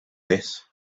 this